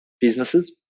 businesses